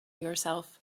yourself